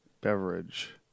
Beverage